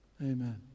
Amen